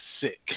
sick